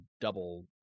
double